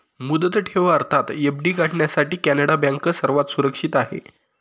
मुदत ठेव अर्थात एफ.डी काढण्यासाठी कॅनडा बँक सर्वात सुरक्षित आहे